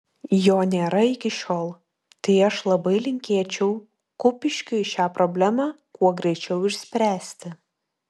jo nėra iki šiol tai aš labai linkėčiau kupiškiui šią problemą kuo greičiau išspręsti